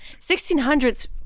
1600s